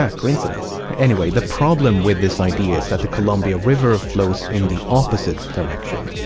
yeah coincidence. anyway, the problem with this idea is that the columbia river flows in the opposite direction.